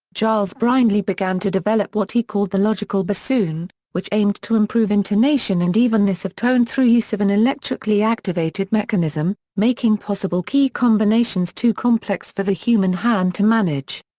giles brindley began to develop what he called the logical bassoon, which aimed to improve intonation and evenness of tone through use of an electrically activated mechanism, making possible key combinations too complex for the human hand to manage.